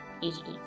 easily